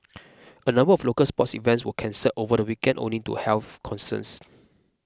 a number of local sports events were cancelled over the weekend owing to health concerns